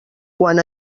quan